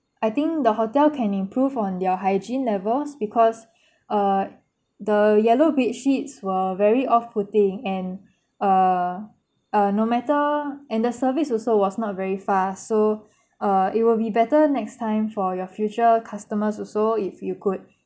I think the hotel can improve on their hygiene levels because uh the yellow bedsheets were very off putting and uh uh no matter and the service also was not very fast so uh it will be better next time for your future customers also if you could